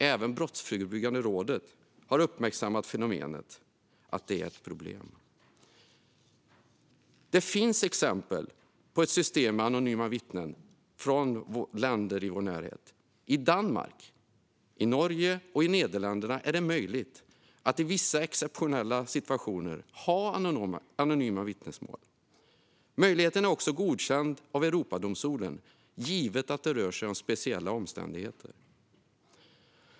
Även Brottsförebyggande rådet har uppmärksammat fenomenet och att det är ett problem. Det finns exempel på system med anonyma vittnen i länder i vår närhet. I Danmark, i Norge och i Nederländerna är det möjligt att i vissa exceptionella situationer ha anonyma vittnesmål. Möjligheten är också godkänd av Europadomstolen, givet att det rör sig om särskilda omständigheter.